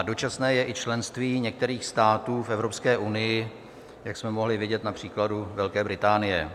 Dočasné je i členství některých států v Evropské unii, jak jsme mohli vidět na příkladu Velké Británie.